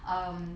um